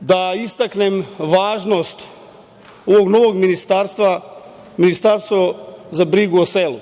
da istaknem važnost ovog novog ministarstva, Ministarstvo za brigu o selu.